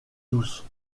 douce